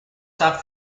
stop